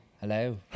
Hello